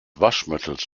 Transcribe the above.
waschmittels